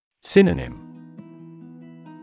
Synonym